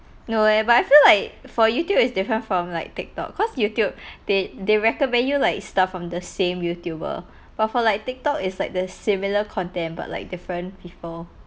no eh but I feel like for YouTube is different from like TikTok cause YouTube they they recommend you like stuff from the same YouTuber but for like TikTok is like the similar content but like different people